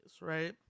right